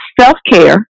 self-care